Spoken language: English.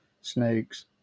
snakes